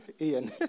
Ian